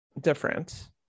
different